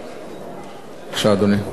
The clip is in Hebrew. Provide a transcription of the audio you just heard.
בבקשה, אדוני.